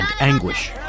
anguish